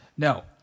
No